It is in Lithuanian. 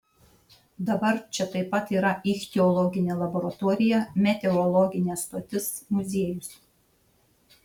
dabar čia taip pat yra ichtiologinė laboratorija meteorologinė stotis muziejus